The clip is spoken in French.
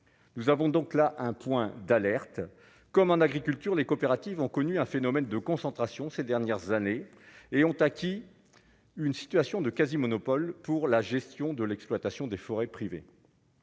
nous avons donc là un point d'alerte comme en agriculture, les coopératives ont connu un phénomène de concentration ces dernières années et ont acquis une situation de quasi-monopole pour la gestion de l'exploitation des forêts privées,